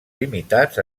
limitats